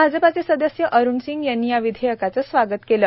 भाजपाचे सदस्य अरुण सिंग यांनी या विधेयकाचं स्वागत केलं